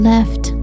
Left